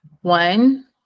one